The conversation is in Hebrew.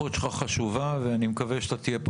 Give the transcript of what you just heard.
הנוכחות שלך חשובה ואני מקווה שאתה תהיה פה